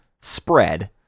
spread